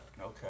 Okay